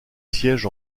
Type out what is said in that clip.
siège